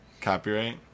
copyright